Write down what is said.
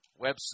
website